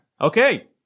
Okay